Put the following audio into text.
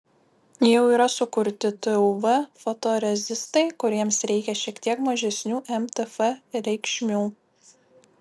jau yra sukurti tuv fotorezistai kuriems reikia šiek tiek mažesnių mtf reikšmių